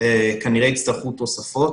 כנראה יצטרכו תוספות.